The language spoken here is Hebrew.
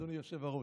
אדוני היושב-ראש.